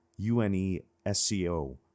UNESCO